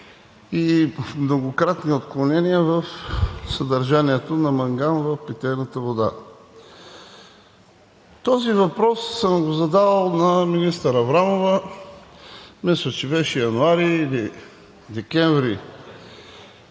и многократни отклонения в съдържанието на манган в питейната вода. Този въпрос съм го задавал на министър Аврамова, мисля, че беше януари или декември